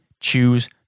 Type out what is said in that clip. choose